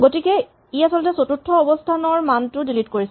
গতিকে ই আচলতে চতুৰ্থ অৱস্হানৰ মানটো ডিলিট কৰিছে